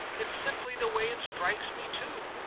it's simply the way it strikes me too.